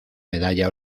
medalla